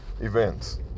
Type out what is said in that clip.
events